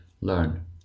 learn